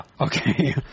Okay